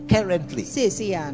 currently